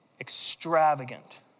extravagant